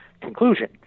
conclusion